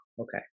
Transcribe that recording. okay